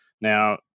Now